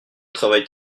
travaille